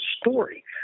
story